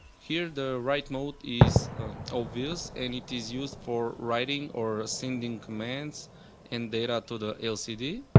here the write mode is obvious and it is used for writing or sending commands and data to the lcd.